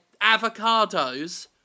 avocados